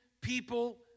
people